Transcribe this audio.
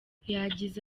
yagize